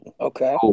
Okay